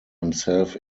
himself